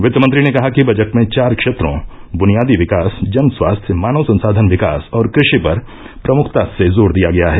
वित्तमंत्री ने कहा कि बजट में चार क्षेत्रों बुनियादी विकास जन स्वास्थ्य मानव संसाधन विकास और कृषि पर प्रमुखता से जोर दिया गया है